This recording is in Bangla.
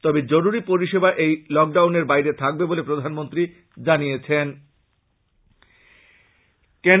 তবে জরুরী পরিসেবা এই লকডাউনের বাইরে থকবে বলে প্রধানমন্ত্রী জানান